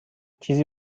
چیزی